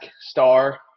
star